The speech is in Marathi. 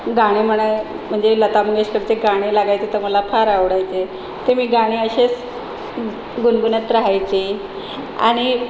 गाणे म्हणाय म्हणजे लता मंगेशकरचे गाणे लागायचे तर मला फार आवडायचे ते मी गाणे असेच ग गुणगुणत रहायचे आणि